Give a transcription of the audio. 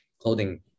clothing